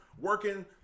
working